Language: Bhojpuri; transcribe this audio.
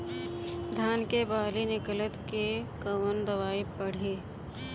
धान के बाली निकलते के कवन दवाई पढ़े?